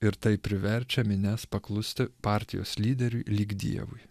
ir tai priverčia minias paklusti partijos lyderiui lyg dievui